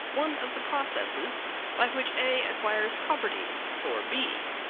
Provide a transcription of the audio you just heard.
one of the processes by which a acquires property for b.